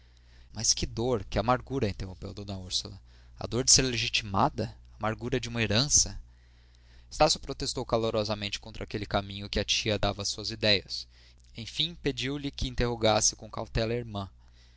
mas que dor que amargura interrompeu d úrsula a dor de ser legitimada a amargura de uma herança estácio protestou calorosamente contra aquele caminho que a tia dava às suas idéias enfim pediu-lhe que interrogasse com cautela a irmã